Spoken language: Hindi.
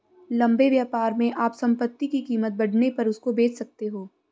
लंबे व्यापार में आप संपत्ति की कीमत बढ़ने पर उसको बेच सकते हो